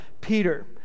Peter